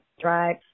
drive